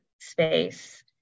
space